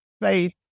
faith